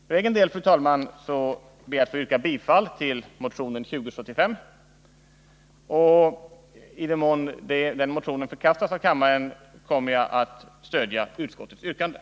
För egen del ber jag, fru talman, att få yrka bifall till motion 2075. I den mån den motionen förkastas av kammaren, kommer jag att stödja utskottets hemställan.